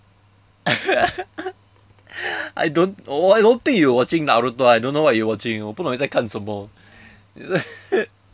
I don't no I don't think you watching naruto I don't know what you watching 我不懂你在看什么 it's like